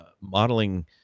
modeling